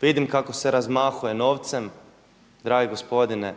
vidim kako se razmahuje novcem dragi gospodine